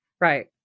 Right